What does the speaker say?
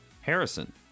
Harrison